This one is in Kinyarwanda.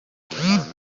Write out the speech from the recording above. igihangano